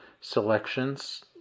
selections